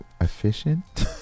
Efficient